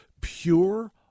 pure